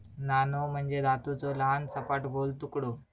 नाणो म्हणजे धातूचो लहान, सपाट, गोल तुकडो